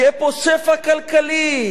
יהיה פה שפע כלכלי,